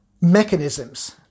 mechanisms